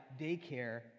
daycare